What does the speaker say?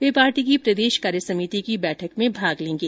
वे party की प्रदेश कार्यसमिति की बैठक में भाग लेंगे